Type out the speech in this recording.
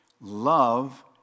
Love